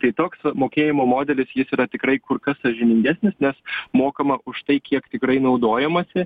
kai toks mokėjimo modelis jis yra tikrai kur kas sąžiningesnis nes mokama už tai kiek tikrai naudojamasi